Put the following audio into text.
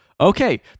okay